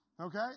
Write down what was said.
Okay